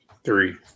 Three